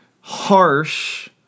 harsh